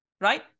right